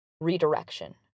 redirection